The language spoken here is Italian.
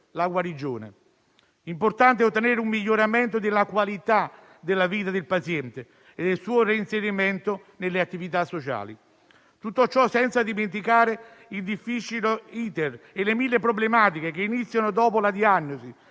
la guarigione. È importante ottenere un miglioramento della qualità della vita del paziente ed il suo reinserimento nelle attività sociali. Tutto ciò senza dimenticare il difficile *iter* e le mille problematiche che iniziano dopo la diagnosi